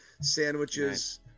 sandwiches